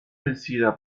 vencida